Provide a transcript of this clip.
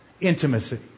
intimacy